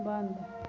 बन्द